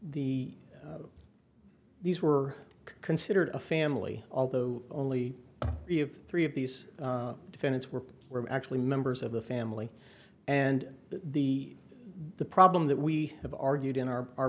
the these were considered a family although only if three of these defendants were were actually members of the family and the the problem that we have argued in our our